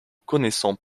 connaissons